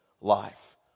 life